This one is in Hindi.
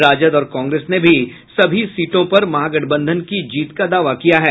राजद और कांग्रेस ने भी सभी सीटों पर महागठबंधन की जीत का दावा किया है